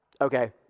Okay